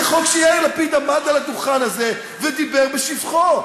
זה חוק שיאיר לפיד עמד על הדוכן הזה ודיבר בשבחו.